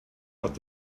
hat